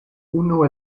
unu